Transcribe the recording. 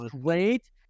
great